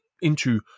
into-